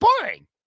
boring